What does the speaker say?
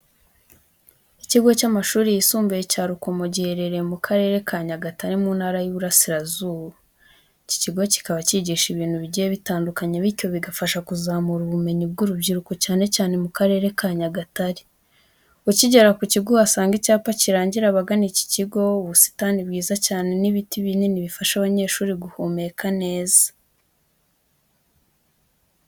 Ikigo cy'amashuri yisumbuye cya Rukomo giherereye mu Karere ka Nyagatare, mu Ntara y'Iburasirazuba. Iki kigo kikaba cyigisha ibintu bigiye bitandukanye, bityo bigafasha kuzamura ubumenyi bw'urubyiruko cyane cyane mu Karere ka Nyagatare. Ukigera ku kigo uhasanga icyapa kirangira abagana iki kigo, ubusitani bwiza cyane n'ibiti binini bifasha abanyeshuri guhumeka neza.